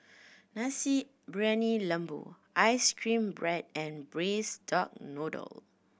Nasi Briyani Lembu ice cream bread and Braised Duck Noodle